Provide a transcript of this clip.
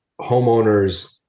homeowners